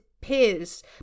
peers